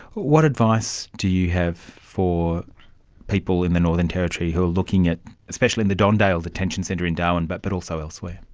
what advice do you have for people in the northern territory who are looking at, especially the don dale detention centre in darwin but but also elsewhere?